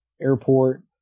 airport